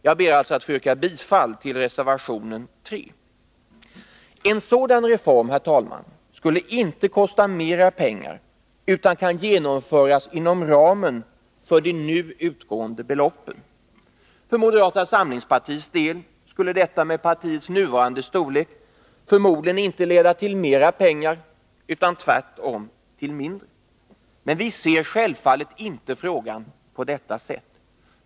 Jag ber att få yrka bifall till reservation 3. En sådan reform, herr talman, skulle inte kosta mera pengar utan kan genomföras inom ramen för de nu utgående beloppen. För moderata samlingspartiets del skulle detta, med partiets nuvarande storlek, förmodligen inte leda till mera utan tvärtom till mindre pengar. Men vi ser självfallet inte frågan på detta sätt.